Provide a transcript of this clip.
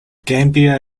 gambia